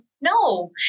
no